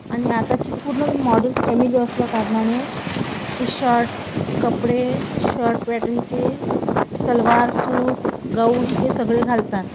आणि आताची पूर्ण मॉडल फॅमिली असल्याकारणाने ते शर्ट कपडे शर्ट पॅटनचे सलवार सूट गाऊन हे सगळे घालतात